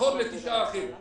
בכור לתשעה אחים.